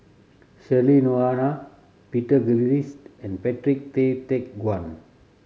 Cheryl Noronha Peter Gilchrist and Patrick Tay Teck Guan